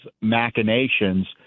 machinations